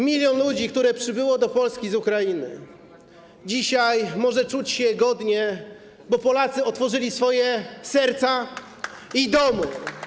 Milion ludzi, którzy przybyli do Polski z Ukrainy, dzisiaj może czuć się godnie, bo Polacy otworzyli swoje serca i domy.